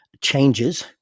changes